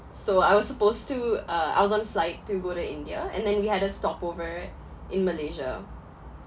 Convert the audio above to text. so I was supposed to uh I was on flight to go to india and then we had a stopover in malaysia